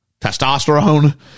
testosterone